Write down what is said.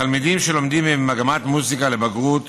תלמידים שלומדים במגמת מוזיקה לבגרות